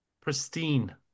pristine